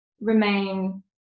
remain